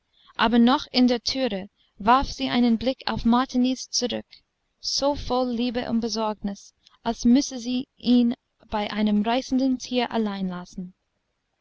aber noch in der türe warf sie einen blick auf martiniz zurück so voll liebe und besorgnis als müsse sie ihn bei einem reißenden tier allein lassen